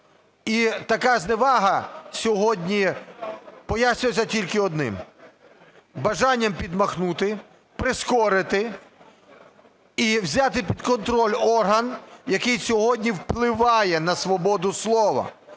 І така зневага сьогодні пояснюється тільки одним бажанням підмахнути, прискорити і взяти під контроль орган, який сьогодні впливає на свободу слова,